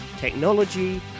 technology